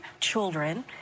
children